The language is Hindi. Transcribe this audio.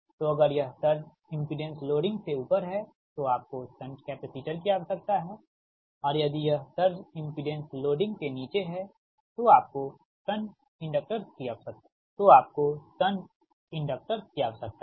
तो अगर यह सर्ज इमपिडेंस लोडिंग से ऊपर है तो आपको शंट कैपेसिटर की आवश्यकता है और यदि यह सर्ज इमपिडेंस लोडिंग के नीचे है तो आपको शंट इंडक्टर्स की आवश्यकता है